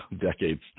decades